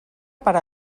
per